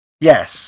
Yes